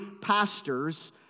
pastors